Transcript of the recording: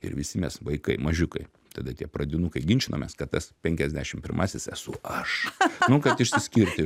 ir visi mes vaikai mažiukai tada tie pradinukai ginčinomės kad tas penkiasdešimt pirmasis esu aš nu kad išsiskirti